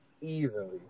easily